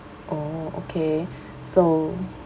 oh okay so